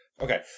Okay